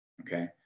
okay